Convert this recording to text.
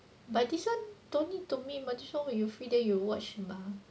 but this one don't need to meet mah this show when you free then you watch mah